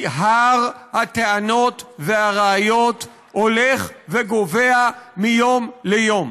כי הר הטענות והראיות הולך וגובֵהַ מיום ליום.